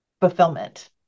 fulfillment